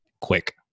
quick